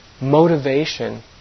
motivation